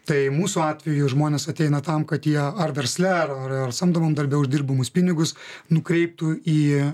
tai mūsų atveju žmonės ateina tam kad jie ar versle ar ar samdomam darbe uždirbamus pinigus nukreiptų į